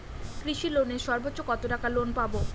কৃষি লোনে সর্বোচ্চ কত টাকা লোন পাবো?